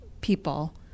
people